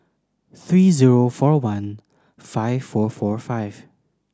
three zero four one five four four five